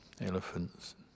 elephants